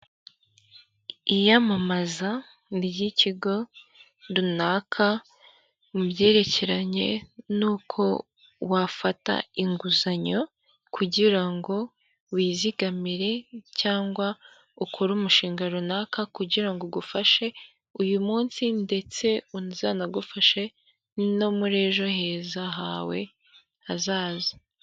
Iyamamaza ry'ikigo runaka mu byerekeranye n'uko wafata inguzanyo, kugira ngo wizigamire cyangwa ukore umushinga runaka, kugira ngo ugufashe uyu munsi ndetse uzanagufashe no muri ejo heza hawe hazaza.